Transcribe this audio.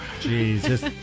Jesus